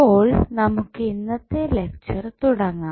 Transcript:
ഇപ്പോൾ നമുക്ക് ഇന്നത്തെ ലക്ച്ചർ തുടങ്ങാം